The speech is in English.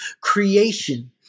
creation